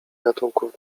gatunków